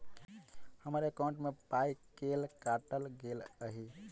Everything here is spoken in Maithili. हम्मर एकॉउन्ट मे पाई केल काटल गेल एहि